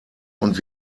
und